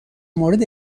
مورد